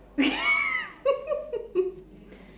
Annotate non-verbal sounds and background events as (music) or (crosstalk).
(laughs)